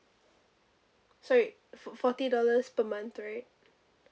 sorry for forty dollars per month right